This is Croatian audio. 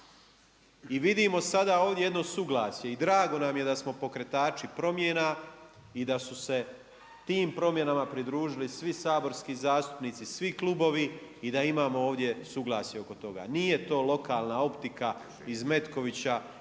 I vidimo sada ovdje jedno suglasje i drago nam je da smo pokretači promjena i da su se tim promjenama pridružili svi saborski zastupnici, svi klubovi i da imamo ovdje suglasje oko toga. Nije to lokalna optika iz Metkovića,